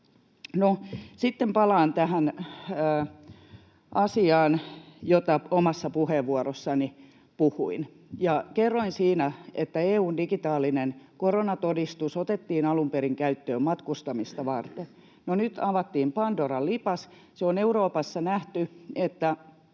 sitten palaan tähän asiaan, josta omassa puheenvuorossani puhuin. Kerroin siinä, että EU:n digitaalinen koronatodistus otettiin alun perin käyttöön matkustamista varten. No, nyt avattiin pandoran lipas. Se on Euroopassa nähty, että